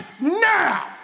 now